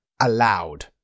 Allowed